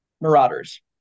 marauders